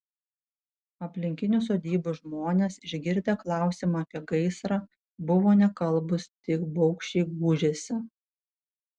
aplinkinių sodybų žmonės išgirdę klausimą apie gaisrą buvo nekalbūs tik baugščiai gūžėsi